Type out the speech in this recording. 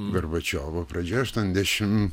gorbačiovo pradžia aštuoniasdešimt